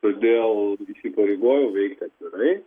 todėl įpareigojau veikti atvirai